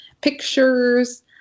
pictures